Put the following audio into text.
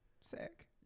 Sick